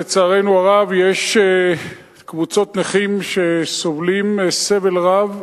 לצערנו הרב יש קבוצות נכים שסובלים סבל רב,